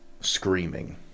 screaming